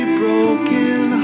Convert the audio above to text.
broken